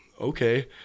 okay